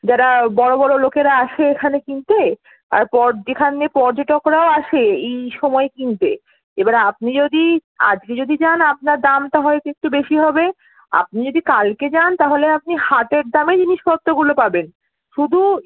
যারা বড় বড় লোকেরা আসে এখানে কিনতে তারপর যেখানে পর্যটকরাও আসে এই সময়ে কিনতে এবারে আপনি যদি আজকে যদি যান আপনার দামটা হয়তো একটু বেশি হবে আপনি যদি কালকে যান তাহলে আপনি হাটের দামে জিনিসপত্রগুলো পাবেন শুধু